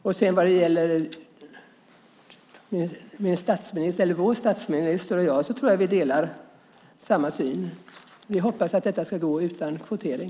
Jag tror att statsministern och jag har samma syn. Vi hoppas att detta ska gå utan kvotering.